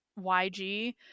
yg